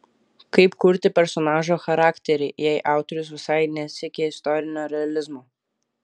kaip kurti personažo charakterį jei autorius visai nesiekė istorinio realizmo